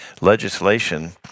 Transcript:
legislation